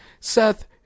Seth